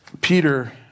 Peter